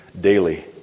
daily